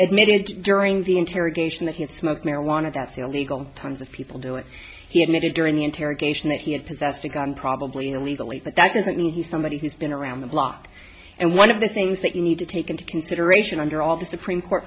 admitted during the interrogation that he smoked marijuana that's illegal tons of people doing he admitted during interrogation that he had possessed a gun probably illegally but that doesn't mean he's somebody who's been around the block and one of the things that you need to take into consideration under all the supreme court